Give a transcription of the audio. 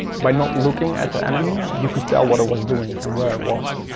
by not looking at the enemy, you could tell what it was doing and where it was